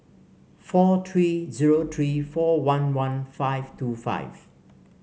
four three zero three four one one five two five